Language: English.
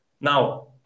Now